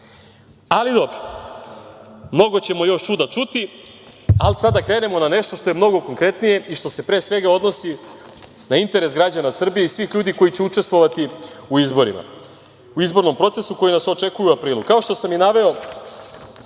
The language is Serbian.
Ali, dobro, mnogo ćemo još čuda čudi. Sada da krenemo na nešto što je mnogo konkretnije i što se pre svega odnosi na interes građana Srbije i svih ljudi koji će učestvovati u izbornom procesu koji nas očekuje u aprilu. Kao što sam i naveo,